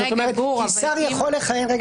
כי שר יכול לכהן גם